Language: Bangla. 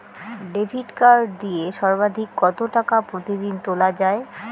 ডেবিট কার্ড দিয়ে সর্বাধিক কত টাকা প্রতিদিন তোলা য়ায়?